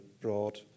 broad